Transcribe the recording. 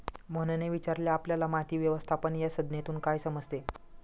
मोहनने विचारले आपल्याला माती व्यवस्थापन या संज्ञेतून काय समजले?